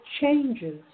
changes